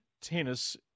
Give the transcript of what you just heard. tennis